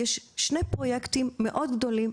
שיש שני פרויקטים מאוד גדולים,